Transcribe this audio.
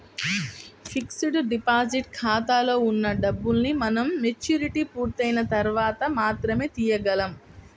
fixed deposit ఖాతాలో ఉన్న డబ్బుల్ని మనం మెచ్యూరిటీ పూర్తయిన తర్వాత మాత్రమే తీయగలం